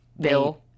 Bill